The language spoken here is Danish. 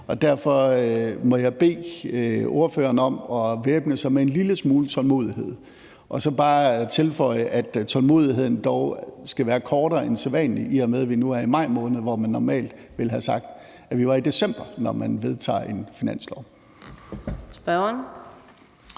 Derfor må jeg bede ordføreren om at væbne sig med en lille smule tålmodighed, og så vil jeg bare tilføje, at tålmodigheden dog skal være kortere end sædvanlig, i og med at vi nu er i maj måned, hvor vi normalt ville være i december, når vi vedtager en finanslov.